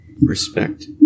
Respect